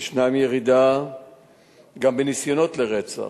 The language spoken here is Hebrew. יש ירידה גם בניסיונות לרצח,